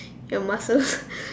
your muscles